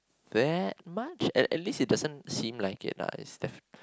that much at at least it doesn't seem like it lah as if